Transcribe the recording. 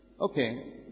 Okay